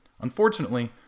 Unfortunately